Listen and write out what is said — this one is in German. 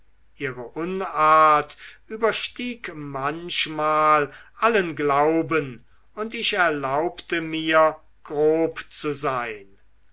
ihre unart überstieg manchmal allen glauben und ich erlaubte mir grob zu sein